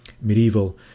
medieval